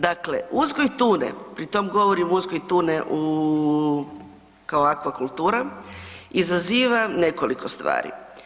Dakle, uzgoj tune, pri tom govorim uzgoj tune kao akvakultura izaziva nekoliko stvari.